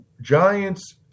Giants